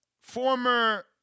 former